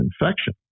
infection